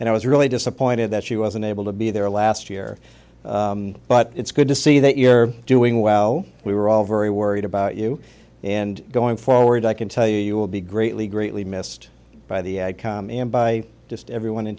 and i was really disappointed that she was unable to be there last year but it's good to see that you're doing well we were all very worried about you and going forward i can tell you you will be greatly greatly missed by the company and by just everyone in